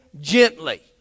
gently